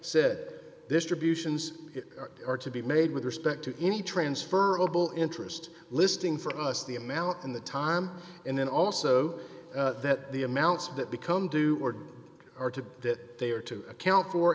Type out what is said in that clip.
said distributions are to be made with respect to any transferable interest listing for us the amount in the time and then also that the amounts that become due or are to that they are to account for